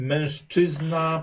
Mężczyzna